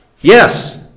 Yes